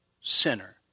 sinner